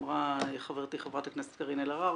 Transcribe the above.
אמרה חברתי, חברת הכנסת קארין אלהרר